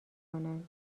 کنند